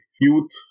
youth